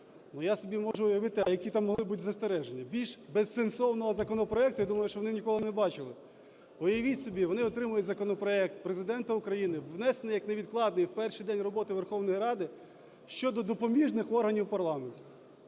я собі можу уявити, а які там могли бути застереження. Більш безсенсовного законопроекту, я думаю, що вони ніколи не бачили. Уявіть собі, вони отримують законопроект Президента України внесений як невідкладний у перший день роботи Верховної Ради щодо допоміжних органів парламенту,